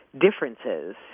differences